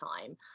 time